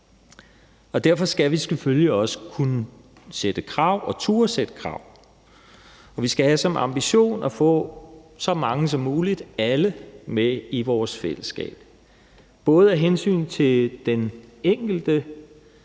Derfor skal vi selvfølgelig også kunne sætte krav og turde sætte krav, og vi skal have som ambition at få så mange som muligt, om muligt alle, med i vores fællesskab, både af hensyn til den enkelte,